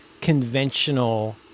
conventional